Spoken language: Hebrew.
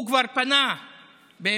הוא כבר פנה במכתב